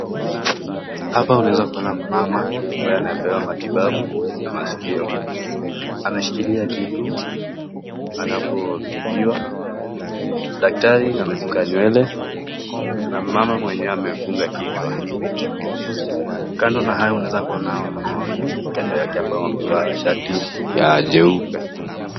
Hapa unaweza kuona mama ambaye anapewa matibabu ya masikio. Anashikilia kitu anapotibiwa. Daktari amesuka nywele na mama mwenyewe amefunga kichwa. Kando na hayo unaweza kuona wamama wawili kando yake ambao wamevaa shati ya jeupe.